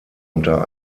unter